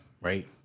right